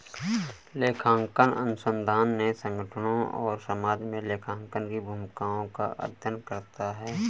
लेखांकन अनुसंधान ने संगठनों और समाज में लेखांकन की भूमिकाओं का अध्ययन करता है